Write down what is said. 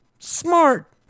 Smart